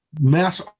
mass